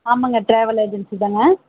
ஆமாம்ங்க travel agency தாங்க